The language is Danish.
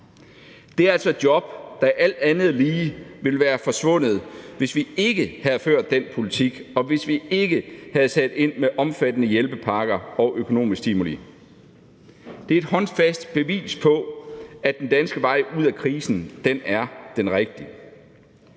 Det er altså job, der alt andet lige ville være forsvundet, hvis vi ikke havde ført den politik, og hvis vi ikke havde sat ind med omfattende hjælpepakker og økonomisk stimuli. Det er et håndfast bevis på, at den danske vej ud af krisen er den rigtige.